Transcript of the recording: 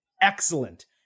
excellent